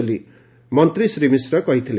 ବୋଲି ମନ୍ତୀ ଶ୍ରୀ ମିଶ୍ର କହିଥିଲେ